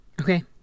Okay